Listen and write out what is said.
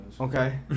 Okay